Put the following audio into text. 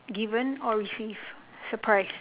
given or receive surprise